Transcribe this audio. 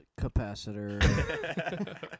capacitor